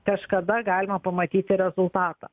kažkada galima pamatyti rezultatą